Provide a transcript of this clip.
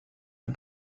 the